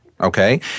Okay